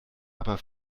aber